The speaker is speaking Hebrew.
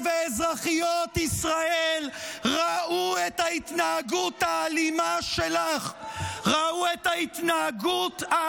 אתה מדבר על שחיתות, שחיתות מא'